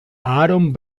aaron